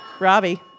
Robbie